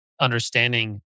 understanding